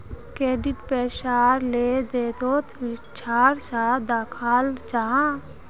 credit पैसार लें देनोत विश्वास सा दखाल जाहा